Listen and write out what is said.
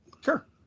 sure